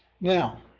Now